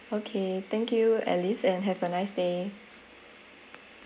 okay thank you alice and have a nice day